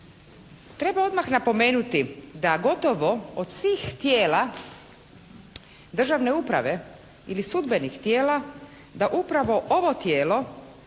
Treba odmah napomenuti da gotovo od svih tijela državne uprave ili sudbenih tijela, da upravo ovo tijelo